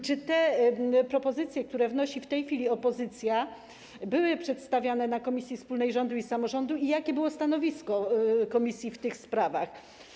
Czy te propozycje, które wnosi w tej chwili opozycja, były przedstawiane w komisji wspólnej rządu i samorządu i jakie było stanowisko komisji w tych sprawach?